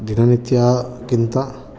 ದಿನನಿತ್ಯಾಗಿಂತ